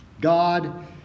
God